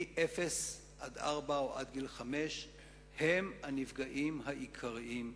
מאפס עד ארבע או חמש הם הנפגעים העיקריים,